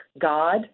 God